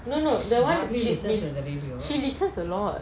no no the one we live in she listens a lot